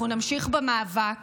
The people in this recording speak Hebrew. אנחנו נמשיך במאבק